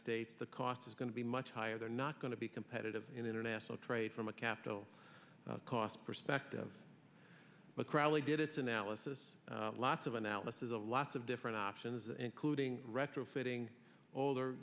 states the cost is going to be much higher they're not going to be competitive in international trade from a capital cost perspective what crowley did its analysis lots of analysis of lots of different options including retrofitting older